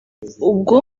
ubwo